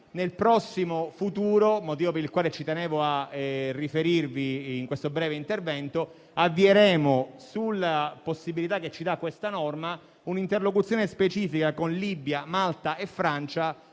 Nel prossimo futuro - motivo per il quale ci tenevo a riferire in questo breve intervento - avvieremo, grazie a questa norma, un'interlocuzione specifica con Libia, Malta e Francia